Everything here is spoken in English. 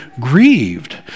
grieved